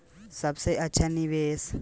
सबसे अच्छा निवेस योजना कोवन बा?